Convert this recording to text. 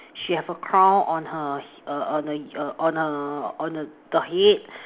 she have a crown on her h~ err on her on her on her the head